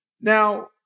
Now